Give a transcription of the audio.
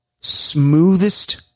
smoothest